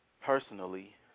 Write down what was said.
personally